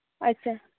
ᱟᱪᱪᱷᱟ